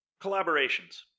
collaborations